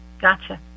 Gotcha